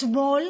אתמול